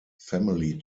family